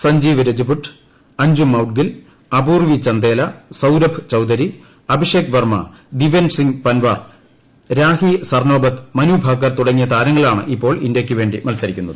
സഞ്ജീവ് രജ്പുട്ട് അൻജും മൌഡ്ഗിൽ അപൂർവി ചന്ദേല സൌരഭ് ചൌധരി അഭിഷേക് വർമ്മ ദിവ്യൻഷ് സിംഗ് പൻവാർ രാഹി സർനോബത്ത് മനുഭാക്കർ തുടങ്ങിയ താരങ്ങളാണ് ഇപ്പോൾ ഇന്ത്യയ്ക്കുവേണ്ടി മൽസരിക്കുന്നത്